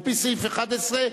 על-פי סעיף 11,